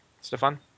Stefan